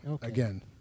again